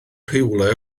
rhywle